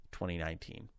2019